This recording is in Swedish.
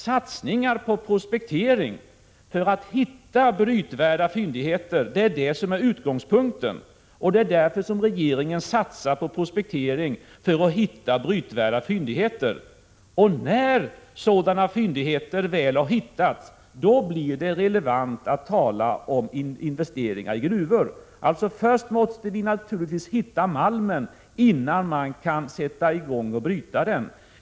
Satsningar på prospektering för att hitta brytvärda fyndigheter är utgångspunkten, och det är därför som regeringen satsar på prospektering för att hitta brytvärda fyndigheter. Och när sådana fyndigheter väl har hittats, blir det relevant att tala om investeringar i gruvor. Vi måste naturligtvis först hitta malmen, innan man kan sätta i gång med att bryta den.